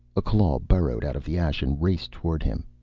a claw burrowed out of the ash and raced toward him.